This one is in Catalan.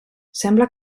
sembla